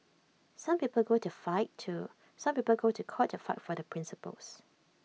some people go to fight to some people go to court to fight for their principles